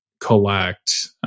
collect